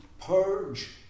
purge